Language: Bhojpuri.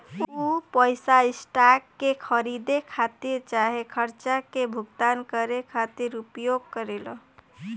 उ पइसा स्टॉक के खरीदे खातिर चाहे खर्चा के भुगतान करे खातिर उपयोग करेला